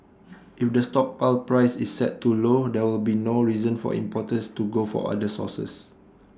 if the stockpile price is set too low there will be no reason for importers to go for other sources